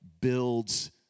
builds